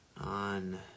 on